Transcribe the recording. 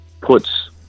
puts